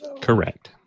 Correct